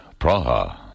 Praha